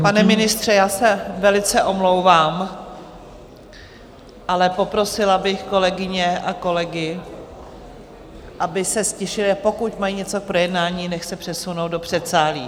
Pane ministře, já se velice omlouvám, ale poprosila bych kolegyně a kolegy, aby se ztišili, a pokud mají něco k projednání, nechť se přesunou do předsálí.